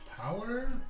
power